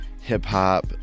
hip-hop